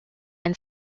and